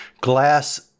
glass